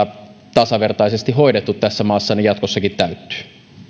tasavertaisesti hoidetut tässä maassa tämä jatkossakin täyttyy